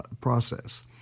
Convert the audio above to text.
process